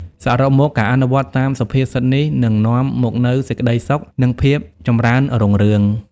សរុបមក ការអនុវត្តតាមសុភាសិតនេះ នឹងនាំមកនូវសេចក្ដីសុខ និងភាពចម្រើនរុងរឿង។